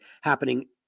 happening